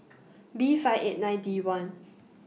B five eight nine D one